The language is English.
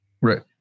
Right